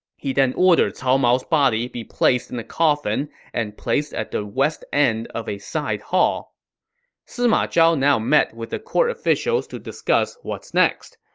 he then ordered cao mao's body be placed in a coffin and placed at the west end of a side hall sima zhao now met with the court officials to discuss what's next.